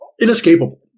inescapable